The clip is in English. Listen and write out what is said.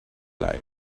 life